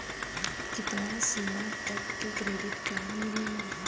कितना सीमा तक के क्रेडिट कार्ड मिलेला?